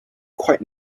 quite